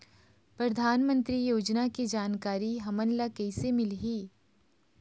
परधानमंतरी योजना के जानकारी हमन ल कइसे मिलही?